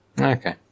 okay